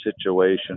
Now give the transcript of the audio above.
situation